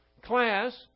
class